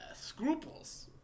scruples